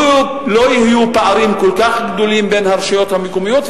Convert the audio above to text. יהיו פערים כל כך גדולים בין הרשויות המקומיות,